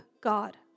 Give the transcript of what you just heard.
God